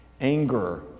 anger